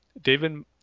David